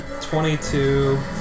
22